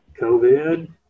covid